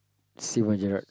Steven-Gerrard